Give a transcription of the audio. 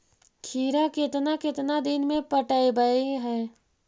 खिरा केतना केतना दिन में पटैबए है?